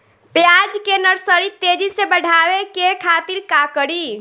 प्याज के नर्सरी तेजी से बढ़ावे के खातिर का करी?